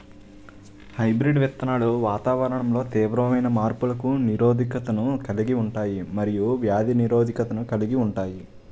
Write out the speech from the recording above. hybrid విత్తనాలు వాతావరణంలో తీవ్రమైన మార్పులకు నిరోధకతను కలిగి ఉంటాయి మరియు వ్యాధి నిరోధకతను కలిగి ఉంటాయి